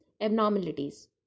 abnormalities